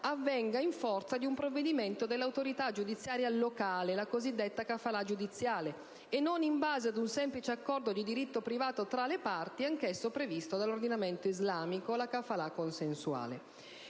avvenga in forza di un provvedimento dell'autorità giudiziaria locale (la cosiddetta *kafala* giudiziale) e non in base ad un semplice accordo di diritto privato tra le parti, anch'esso previsto dall'ordinamento islamico (*kafala* consensuale).